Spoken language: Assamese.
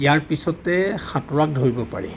ইয়াৰ পিছতে সাঁতোৰাক ধৰিব পাৰি